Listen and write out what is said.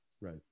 right